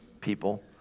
people